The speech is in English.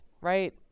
right